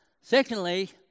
Secondly